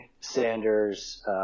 Sanders